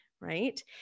right